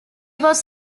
was